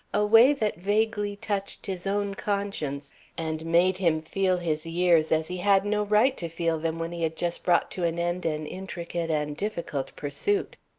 a way that vaguely touched his own conscience and made him feel his years as he had no right to feel them when he had just brought to an end an intricate and difficult pursuit.